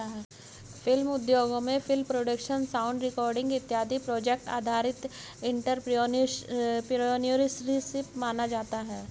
film उद्योगों में film production sound recording इत्यादि प्रोजेक्ट आधारित एंटरप्रेन्योरशिप माना जाता है